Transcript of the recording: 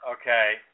okay